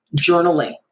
journaling